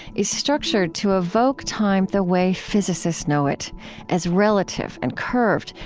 is structured to evoke time the way physicists know it as relative and curved,